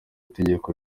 itegeko